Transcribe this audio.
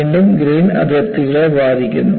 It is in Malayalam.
വീണ്ടും ഗ്രേൻ അതിർത്തികളെ ബാധിക്കുന്നു